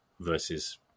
versus